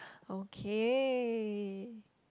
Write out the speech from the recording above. okay